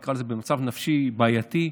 נקרא לזה מצב נפשי בעייתי.